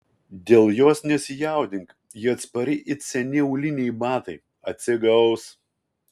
dėl jos nesijaudink ji atspari it seni auliniai batai atsigaus